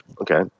Okay